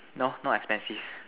no no not expensive